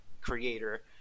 creator